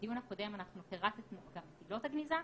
בדיון הקודם אנחנו פירטנו את עילות הגניזה.